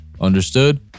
Understood